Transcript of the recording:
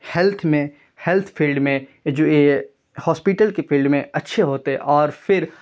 health میں health field میں جو یہ ہاسپیٹل کے فیلڈ میں اچھے ہوتے اور پھر